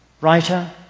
writer